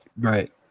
Right